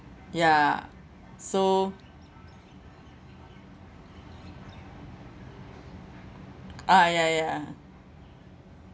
ya so ah ya ya